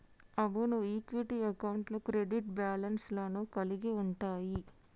అవును ఈక్విటీ అకౌంట్లు credit balance లను కలిగి ఉంటయ్యి